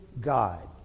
God